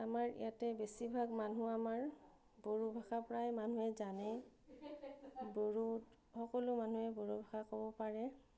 আমাৰ ইয়াতে বেছিভাগ মানুহ আমাৰ বড়ো ভাষা প্ৰায় মানুহে জানে বড়োত সকলো মানুহে বড়ো ভাষা ক'ব পাৰে